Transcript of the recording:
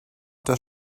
does